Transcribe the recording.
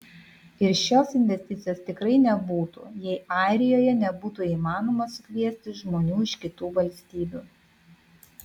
ir šios investicijos tikrai nebūtų jei airijoje nebūtų įmanoma sukviesti žmonių iš kitų valstybių